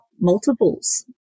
multiples